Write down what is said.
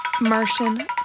Martian